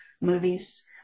movies